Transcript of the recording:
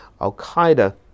Al-Qaeda